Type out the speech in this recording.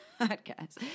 podcast